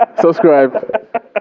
subscribe